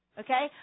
okay